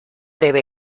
debe